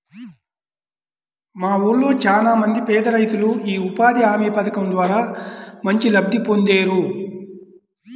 మా ఊళ్ళో చానా మంది పేదరైతులు యీ ఉపాధి హామీ పథకం ద్వారా మంచి లబ్ధి పొందేరు